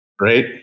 right